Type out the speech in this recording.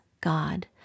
God